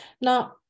Now